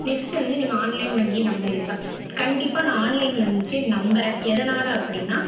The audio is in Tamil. நெக்ஸ்ட்டு வந்து நீங்கள் ஆன்லைன் வங்கியை நம்புகிறீர்களா கண்டிப்பாக நான் ஆன்லைன் வங்கியை நம்புகிறேன் எதனால் அப்படின்னா